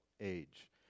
age